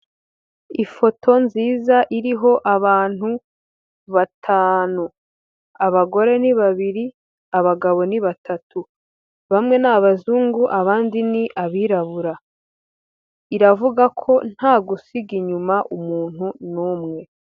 Ifoto nziza iriho abantu batanu, abagore ni babiri abagabo ni batatu, bamwe ni abazungu abandi ni abirabura. Iravuga ko nta gusiga inyuma umuntu numwe.